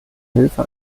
hilfe